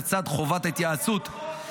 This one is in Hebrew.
לצד חובת התייעצות -- זאת הבעיה בחוק?